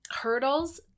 hurdles